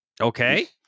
Okay